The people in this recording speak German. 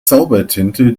zaubertinte